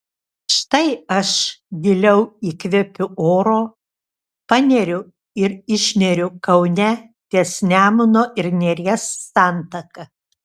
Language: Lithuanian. štai aš giliau įkvepiu oro paneriu ir išneriu kaune ties nemuno ir neries santaka